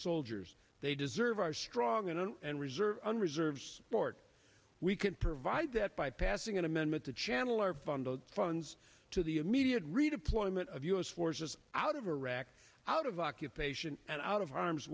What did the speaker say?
soldiers they deserve our strong and reserve and reserves port we can provide that by passing an amendment to channel or fund those funds to the immediate redeployment of u s forces out of iraq out of occupation and out of harm's